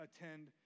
attend